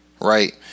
right